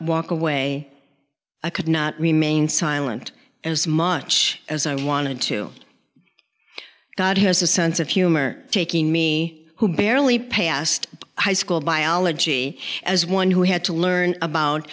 walk away i could not remain silent as much as i wanted to god has a sense of humor taking me who barely passed high school biology as one who had to learn about